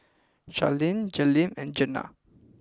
Carlene Jalen and Jeana